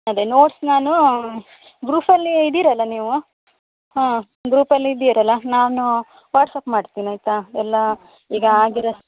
ಅದೆ ನೋಟ್ಸ್ ನಾನು ಗ್ರೂಪಲ್ಲಿ ಇದ್ದೀರಲ್ಲ ನೀವು ಹಾಂ ಗ್ರೂಪಲ್ಲಿ ಇದ್ದೀರಲ್ಲ ನಾನು ವಾಟ್ಸ್ಅಪ್ ಮಾಡ್ತಿನಿ ಆಯ್ತಾ ಎಲ್ಲ ಈಗ ಆಗಿರೊ